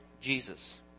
Jesus